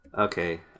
Okay